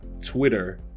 Twitter